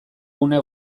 une